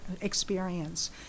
experience